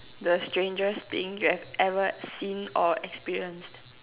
the strangest thing you have ever seen or experienced